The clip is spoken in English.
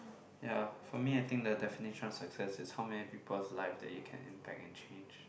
ya for me I think the definition of success is how many people lives that you can impact and change